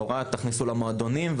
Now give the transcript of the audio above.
נורא - תכניסו למועדונים,